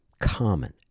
common